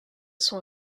son